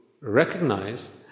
recognize